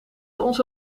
onze